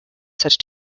such